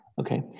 Okay